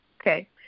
okay